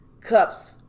cups